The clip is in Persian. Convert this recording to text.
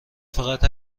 فقط